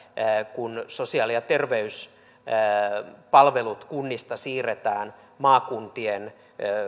kun sosiaali ja terveyspalvelut kunnista siirretään maakuntien